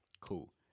Cool